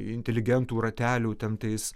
inteligentų ratelių ten tais